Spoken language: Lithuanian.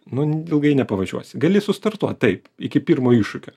nu ilgai nepavažiuosi gali sustartuot taip iki pirmo iššūkio